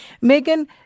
Megan